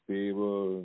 Table